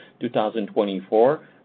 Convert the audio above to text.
2024